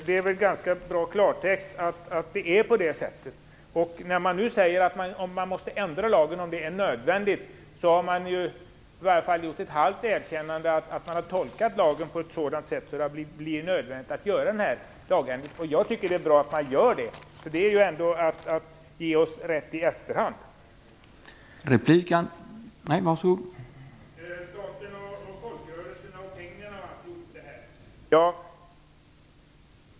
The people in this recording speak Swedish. Det är klartext. När man säger att lagen kan ändras om det är nödvändigt har man gjort ett halvt erkännande om att man tolkat lagen på ett sådant sätt att det kan bli nödvändigt att göra en ändring. Jag tycker att det är bra att man gör det. Det är ändå att ge oss rätt i efterhand.